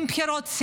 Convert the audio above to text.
עם בחירות,